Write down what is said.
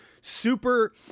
super